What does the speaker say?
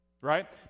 right